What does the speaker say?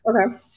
Okay